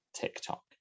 TikTok